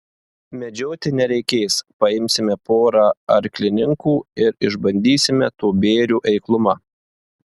medžioti nereikės paimsime porą arklininkų ir išbandysime to bėrio eiklumą